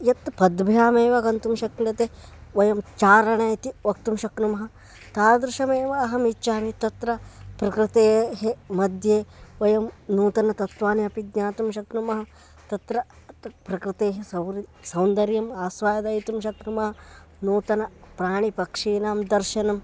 यत् पद्भ्यामेव गन्तुं शक्यते वयं चारणम् इति वक्तुं शक्नुमः तादृशमेव अहम् इच्छामि तत्र प्रकृतेः मध्ये वयं नूतनतत्त्वानि अपि ज्ञातुं शक्नुमः तत्र प्रकृतेः सौर् सौन्दर्यम् आस्वादयितुं शक्नुमः नूतनानां प्राणिपक्षिणां दर्शनं